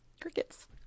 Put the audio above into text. crickets